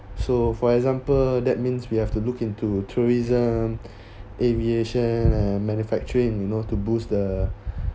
so for example that means we have to look into tourism aviation and manufacturing you know to boost the